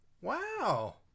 wow